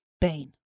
Bane